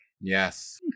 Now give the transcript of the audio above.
Yes